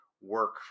work